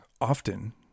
often